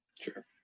Sure